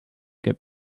get